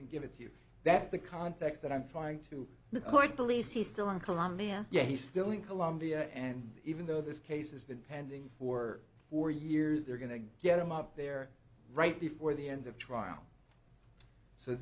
and give it to you that's the context that i'm trying to point police he's still in colombia yet he's still in colombia and even though this case has been pending for four years they're going to get him up there right before the end of trial so